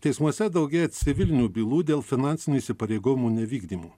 teismuose daugėja civilinių bylų dėl finansinių įsipareigojimų nevykdymo